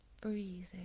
breathing